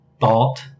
thought